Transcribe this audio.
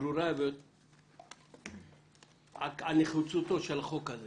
ברורה את נחיצותו של החוק הזה